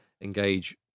engage